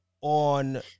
on